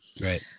Right